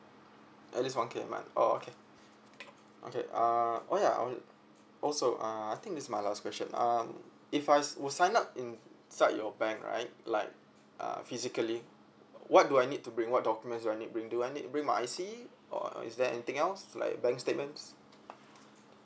at least one K a month oh okay okay uh oh ya uh also uh I think this my last question um if I s~ will sign up inside your bank right like uh physically what do I need to bring what documents do I need bring do I need bring my I_C or is there anything else like bank statements